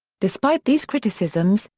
despite these criticisms,